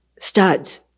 studs